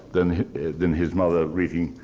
than than his mother reading,